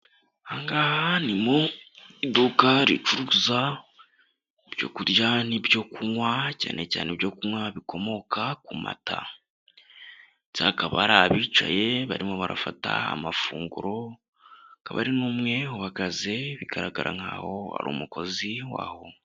Aha ngaha ni mu iduka ricuruza ibyo kurya n'ibyo kunywa cyane cyane ibyo kunywa bikomoka ku mata ndetse hakaba hari abicaye barimo barafata amafunguro, akaba ari numwe uhagaze bigaragara nk'aho ari umukozi waho.